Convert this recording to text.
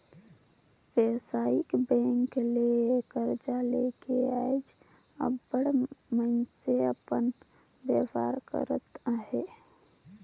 बेवसायिक बेंक ले करजा लेके आएज अब्बड़ मइनसे अपन बयपार करत अहें